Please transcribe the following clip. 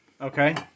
Okay